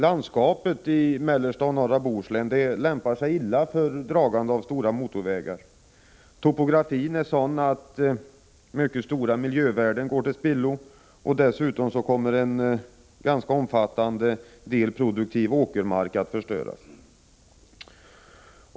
Landskapet i mellersta och norra Bohuslän lämpar sig illa för dragande av stora motorvägar. Topografin är sådan att mycket stora miljövärden går till spillo. Dessutom kommer ganska mycket produktiv åkermark att förstöras.